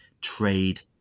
trade